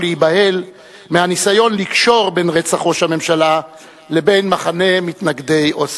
להיבהל מהניסיון לקשור בין רצח ראש הממשלה לבין מחנה מתנגדי אוסלו.